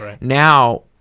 now